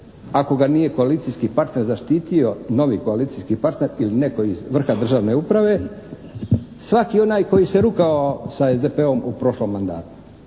ako ga nije koalicijski partner zaštitio, novi koalicijski partner ili netko iz vrha državne uprave, svaki onaj koji se rugao sa SDP-om u prošlom mandatu.